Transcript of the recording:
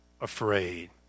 afraid